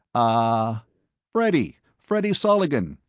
ah freddy. freddy soligen.